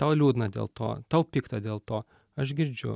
tau liūdna dėl to tau pikta dėl to aš girdžiu